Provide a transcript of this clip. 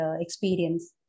experience